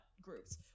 Groups